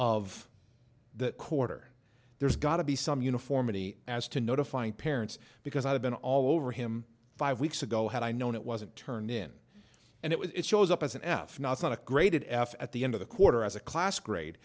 of the quarter there's got to be some uniformity as to notifying parents because i've been all over him five weeks ago had i known it wasn't turned in and it was it shows up as an f not a graded f at the end of the quarter as a class grade